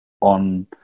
on